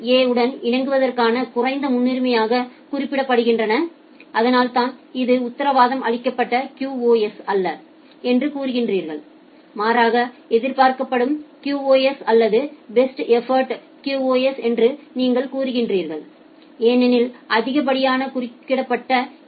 ஏ உடன் இணங்குவதற்கான குறைந்த முன்னுரிமையாக குறிக்கப்படுகின்றன அதனால்தான் இது உத்தரவாதம் அளிக்கப்பட்ட QoS அல்ல என்று கூறுகிறீர்கள்மாறாக எதிர்பார்க்கப்படும் QoS அல்லது பெஸ்ட் எஃபோர்ட் QoS என்று நீங்கள் கூறுகிறீர்கள் ஏனெனில் அதிகப்படியான குறிக்கப்பட்டுள்ளன